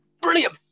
Brilliant